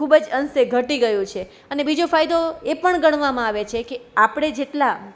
ખૂબ જ અંશે ઘટી ગયું છે અને બીજો ફાયદો એ પણ ગણવામાં આવે છે કે આપણે જેટલા